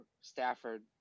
Stafford